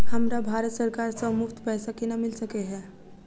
हमरा भारत सरकार सँ मुफ्त पैसा केना मिल सकै है?